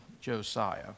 Josiah